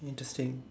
interesting